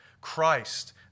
Christ